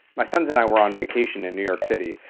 my sons and i were on vacation in new york city.